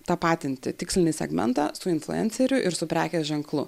tapatinti tikslinį segmentą su influenceriu ir su prekės ženklu